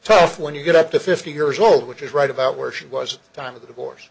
tough when you get up to fifty years old which is right about where she was time of the divorce